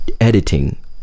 editing